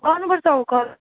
गर्नुपर्छ